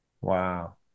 Wow